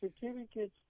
certificates